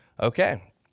okay